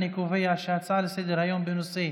אני קובע שההצעה לסדר-היום בנושא: